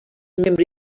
membre